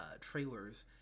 trailers